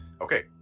Okay